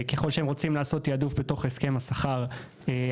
ככל שהם רוצים לעשות תעדוף בתוך הסכם השכר הקיים,